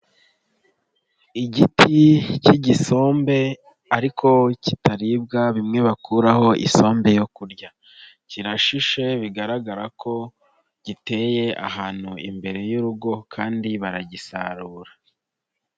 Igiti k'igisombe ariko kitaribwa bimwe bakuraho isombe yo kurya, kirashishe bigaragara ko giteye ahantu imbere y'urugo kandi baragisarura.